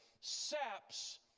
saps